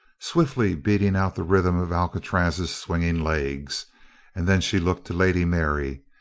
swiftly beating out the rhythm of alcatraz's swinging legs and then she looked to lady mary.